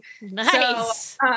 Nice